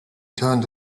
turned